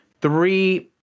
three